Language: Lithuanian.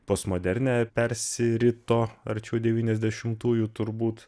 postmodernią persirito arčiau devyniasdešimtųjų turbūt